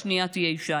השנייה תהיה אישה,